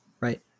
right